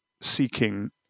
seeking